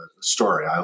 story